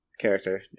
character